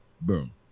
Boom